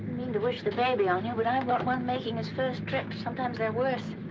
mean to wish the baby on you, but i've got one making his first trip. sometimes they're worse.